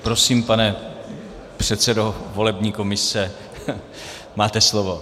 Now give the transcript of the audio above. Prosím, pane předsedo volební komise, máte slovo.